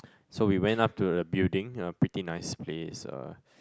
so we went up to the building yea pretty nice place uh